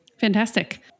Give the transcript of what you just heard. Fantastic